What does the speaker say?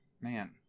man